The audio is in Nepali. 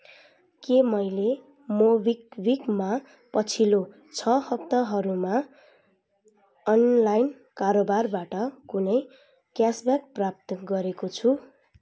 के मैले मोबिक्विकमा पछिल्लो छ हप्ताहरूमा अनलाइन कारोबारबाट कुनै क्यासब्याक प्राप्त गरेको छु